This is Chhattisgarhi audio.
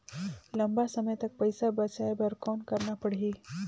लंबा समय तक पइसा बचाये बर कौन करना पड़ही?